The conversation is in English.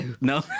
No